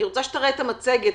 אני רוצה שתראה את המצגת.